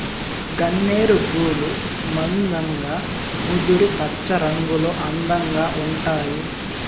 గన్నేరు పూలు మందంగా ముదురు పచ్చరంగులో అందంగా ఉంటాయి